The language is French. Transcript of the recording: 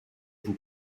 vous